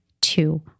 two